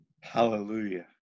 Hallelujah